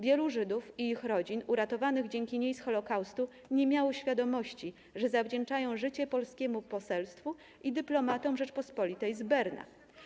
Wielu Żydów i ich rodzin, uratowanych dzięki niej z Holokaustu, nie miało świadomości, że zawdzięczają życie polskiemu Poselstwu i dyplomatom Rzeczypospolitej z Berna.